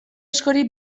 askori